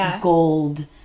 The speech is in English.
gold